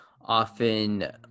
often